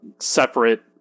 separate